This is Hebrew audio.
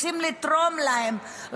רוצים לתרום להם,